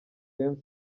james